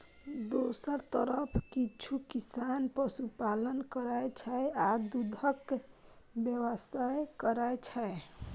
दोसर तरफ किछु किसान पशुपालन करै छै आ दूधक व्यवसाय करै छै